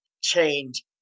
Change